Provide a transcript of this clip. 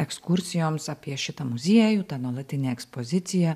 ekskursijoms apie šitą muziejų tą nuolatinę ekspoziciją